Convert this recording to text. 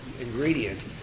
ingredient